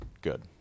good